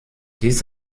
dies